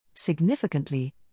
significantly